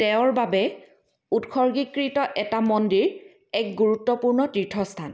তেওঁৰ বাবে উৎসৰ্গীকৃত এটা মন্দিৰ এক গুৰুত্বপূৰ্ণ তীৰ্থস্থান